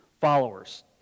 followers